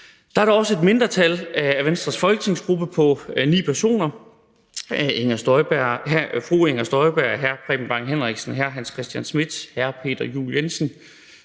Der er også et mindretal af Venstres folketingsgruppe på ni personer – fru Inger Støjberg, hr. Preben Bang Henriksen, hr. Hans Christian Schmidt, hr. Peter Juel-Jensen,